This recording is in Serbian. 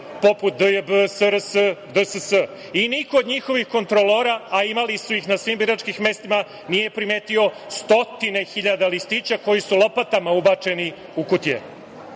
poput DJB, SRS, DSS i niko od njihovih kontrolora, a imali su ih na svim biračkim mestima, nije primetio stotine hiljada listića koji su lopatama ubačeni u kutije. Dakle,